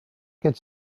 get